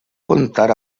comptar